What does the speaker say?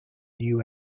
new